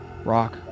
rock